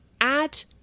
add